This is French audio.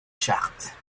chartes